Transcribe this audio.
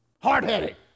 Hard-headed